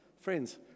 Friends